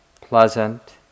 pleasant